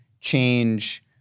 change